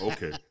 Okay